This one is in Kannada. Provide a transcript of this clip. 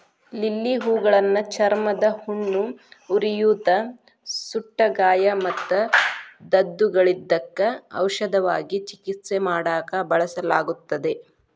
ಲಿಲ್ಲಿ ಹೂಗಳನ್ನ ಚರ್ಮದ ಹುಣ್ಣು, ಉರಿಯೂತ, ಸುಟ್ಟಗಾಯ ಮತ್ತು ದದ್ದುಗಳಿದ್ದಕ್ಕ ಔಷಧವಾಗಿ ಚಿಕಿತ್ಸೆ ಮಾಡಾಕ ಬಳಸಲಾಗುತ್ತದೆ